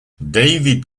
david